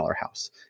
house